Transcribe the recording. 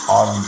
on